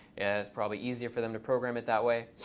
and it's probably easier for them to program it that way.